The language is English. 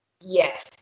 Yes